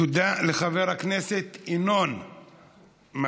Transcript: תודה רבה לחבר הכנסת ינון מגל.